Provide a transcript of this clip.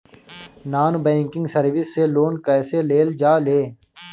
Non banking service से loan कैसे लेल जा ले?